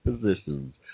positions